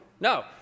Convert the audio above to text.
No